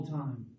time